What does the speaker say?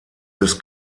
des